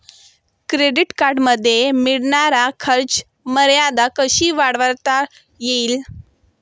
Credit कार्डमध्ये मिळणारी खर्च मर्यादा कशी वाढवता येईल?